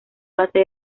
base